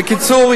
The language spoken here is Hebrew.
בקיצור,